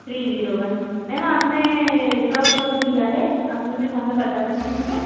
three zero one ma'am आप ने कब रूम लिया है आप मुझे समय बता सकते हैं क्या